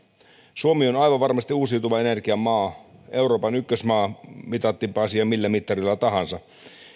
suomi on aivan varmasti uusiutuvan energian maa euroopan ykkösmaa mitattiinpa asiaa millä mittarilla tahansa